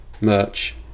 merch